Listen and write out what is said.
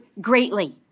greatly